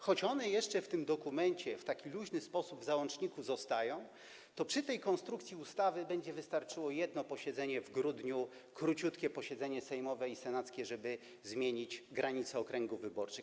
Choć one jeszcze w tym dokumencie w taki luźny sposób, w załączniku, pozostają niezmienione, to przy tej konstrukcji ustawy wystarczy jedno posiedzenie w grudniu, króciutkie posiedzenie sejmowe i senackie, żeby zmienić granice okręgów wyborczych,